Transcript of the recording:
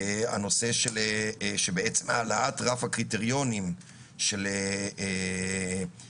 הנושא של בעצם העלאת רף הקריטריונים של מה